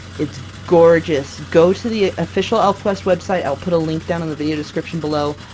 it's gorgeous! go to the official elfquest website, i'll put a link down in the video description below!